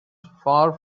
far